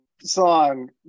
song